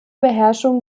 beherrschung